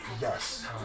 Yes